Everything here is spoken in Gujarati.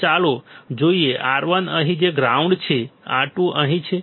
તો ચાલો જોઈએ R1 અહીં છે જે ગ્રાઉન્ડ છે R2 અહીં છે